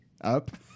up